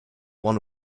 one